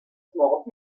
small